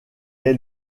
est